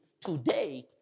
today